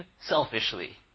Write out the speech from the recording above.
selfishly